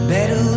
Better